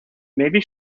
maybe